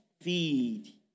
feed